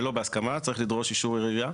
שלא בהסכמה, צריך לדרוש אישור עירייה?